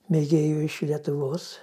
mėgėjų iš lietuvos